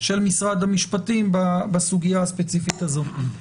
של משרד המשפטים בסוגיה הספציפית הזאת.